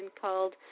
called